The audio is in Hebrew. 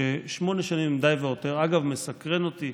ששמונה שנים הן די והותר, אגב, מסקרן אותי,